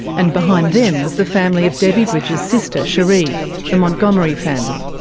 and behind them was the family of debbie bridge's sister, sheree the montgomery family.